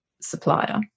supplier